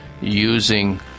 using